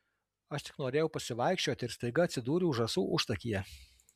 aš tik norėjau pasivaikščioti ir staiga atsidūriau žąsų užtakyje